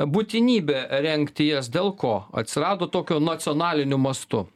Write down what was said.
būtinybė rengti jas dėl ko atsirado tokio nacionaliniu mastu